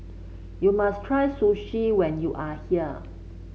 you must try Sushi when you are here